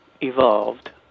evolved